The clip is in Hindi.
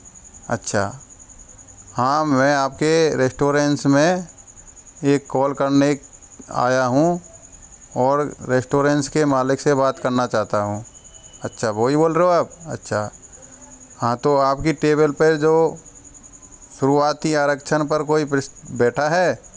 अच्छा हाँ मैं आपके रेस्टोरेंस में एक कॉल करने आया हूँ और रेस्टोरेंस के मालिक से बात करना चाहता हूँ अच्छा वही बोल रहे हो आप अच्छा हाँ तो आपकी टेबल पर जो शुरुआती आरक्षण पर कोई बैठा है